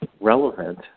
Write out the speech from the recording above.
relevant